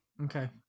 okay